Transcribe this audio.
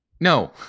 No